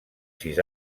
sis